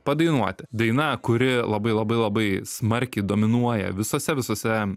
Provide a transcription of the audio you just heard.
padainuoti daina kuri labai labai labai smarkiai dominuoja visuose visuose